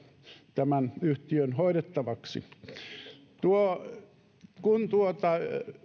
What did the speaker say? tämän yhtiön hoidettavaksi kun tuota